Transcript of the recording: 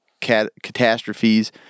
catastrophes